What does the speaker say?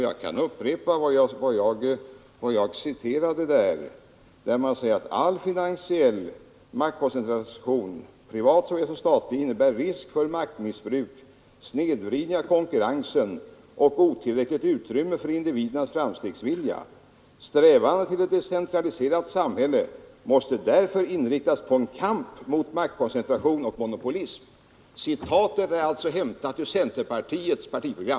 Jag kan upprepa vad jag citerade: ”All finansiell maktkoncentration, privat såväl som statlig, innebär risk för maktmissbruk, snedvridning av konkurrensen och otillräckligt utrymme för individernas framstegsvilja. Strävandena till ett decentraliserat samhälle måste därför inriktas på kamp mot maktkoncentration och monopolism.” Citatet är alltså hämtat ut centerpartiets partiprogram.